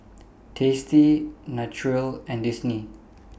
tasty Naturel and Disney